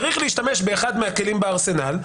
צריך להשתמש באחד הכלים בארסנל,